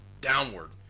downward